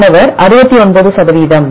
மாணவர் 69 சதவீதம்